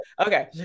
okay